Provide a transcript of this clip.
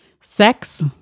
Sex